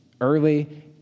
early